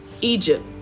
Egypt